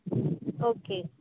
okay